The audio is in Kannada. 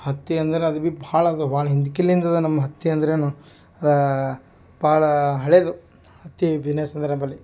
ಹತ್ತಿ ಅಂದರೆ ಅದು ಬಿ ಭಾಳ ಅದಾವು ಭಾಳ ಹಿಂದ್ಕಿಲ್ಲಿಂದದ ನಮ್ಮ ಹತ್ತಿ ಅಂದ್ರೇ ಭಾಳ ಹಳೇಯದು ಹತ್ತಿ ಬಿಸ್ನೆಸ್ ಅಂದ್ರೆ ನಂಬಲ್ಲಿ